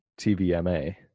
tvma